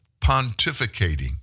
pontificating